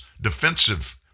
defensive